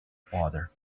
father